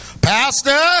Pastor